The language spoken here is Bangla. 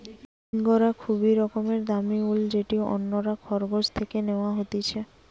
ইঙ্গরা খুবই রকমের দামি উল যেটি অন্যরা খরগোশ থেকে ন্যাওয়া হতিছে